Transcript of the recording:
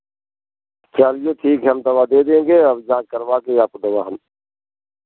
चलिए ठीक है हम दवा देंगे अब जाँच करवा के आप दवा हम